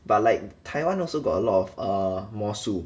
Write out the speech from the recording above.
but like taiwan also got a lot of err 魔术